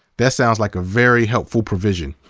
that sounds like a very helpful provision.